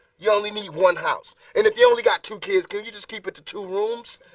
you only need one house. and if you only got two kids, can you just keep it to two rooms?